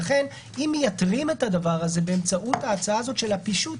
לכן אם מייתרים את הדבר הזה באמצעות ההצעה הזאת של הפישוט,